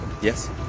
yes